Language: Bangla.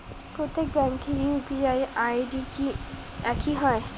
প্রত্যেক ব্যাংকের ইউ.পি.আই আই.ডি কি একই হয়?